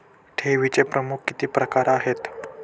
ठेवीचे प्रमुख किती प्रकार आहेत?